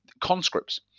conscripts